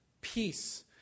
peace